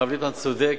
הרב ליצמן צודק.